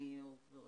אני כרגע אומרת לשרה,